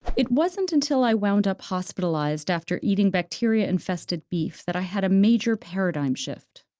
it wasn't until i wound up hospitalized after eating bacteria-infested beef, that i had a major paradigm shift.